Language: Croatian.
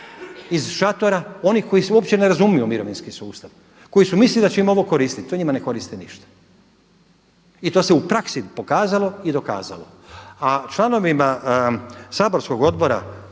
iz šatora onih koji se uopće ne razumiju u mirovinski sustav, koji su mislili da će im ovo koristiti. To njima ne koristi ništa. I to se u praksi pokazalo i dokazalo. A članovima saborskog Odbora